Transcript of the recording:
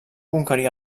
conquerir